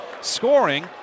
scoring